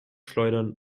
schleudern